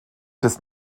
des